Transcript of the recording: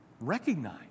recognize